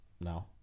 now